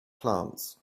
plants